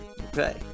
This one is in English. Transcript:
Okay